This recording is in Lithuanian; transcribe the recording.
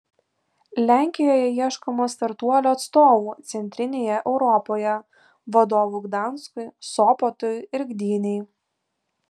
lenkijoje ieškoma startuolio atstovų centrinėje europoje vadovų gdanskui sopotui ir gdynei